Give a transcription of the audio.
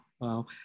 Wow